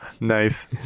Nice